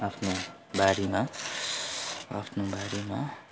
आफ्नो बारीमा आफ्नो बारीमा